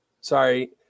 Sorry